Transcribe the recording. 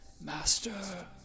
Master